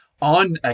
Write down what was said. on